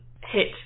hit